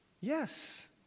Yes